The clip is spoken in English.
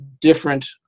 different